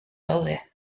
daude